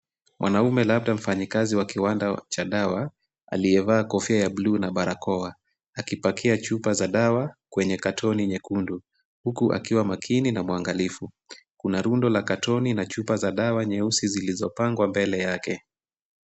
Mwanaume labda mfanyikazi wa kiwanda cha dawa aliyevaa kofia ya buluu na barakoa akipakia chupa za dawa kwenye katoni nyekundu huku akiwa makini na mwangalifu. Kuna rundo la katoni na chupa za dawa nyeusi zilizopangwa mbele yake.